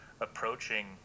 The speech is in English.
approaching